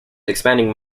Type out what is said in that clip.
expanding